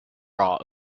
raw